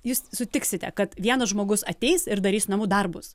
jūs sutiksite kad vienas žmogus ateis ir darys namų darbus